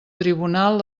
tribunal